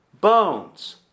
bones